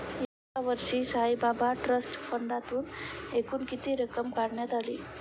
यावर्षी साईबाबा ट्रस्ट फंडातून एकूण किती रक्कम काढण्यात आली?